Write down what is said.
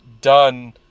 done